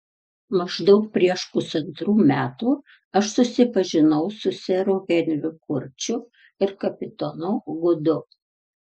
maždaug prieš pusantrų metų aš susipažinau su seru henriu kurčiu ir kapitonu gudu